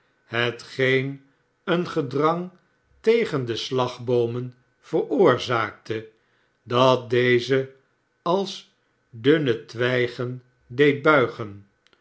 hetgeen een gedrang tegen de slagboomen veroorzaakte dat deze als dunne twijgen deed buigen